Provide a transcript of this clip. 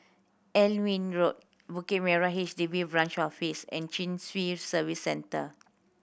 Alnwick Road Bukit Merah H D B Branch Office and Chin Swee Service Centre